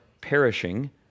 perishing